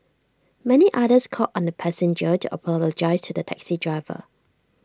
many others called on the passenger to apologise to the taxi driver